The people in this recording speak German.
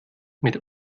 mit